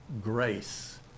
grace